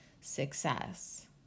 success